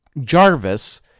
Jarvis